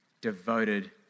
devoted